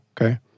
okay